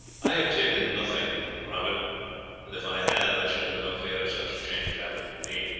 i have taken nothing, robert and if i had i should have no fear of such a change happening to me.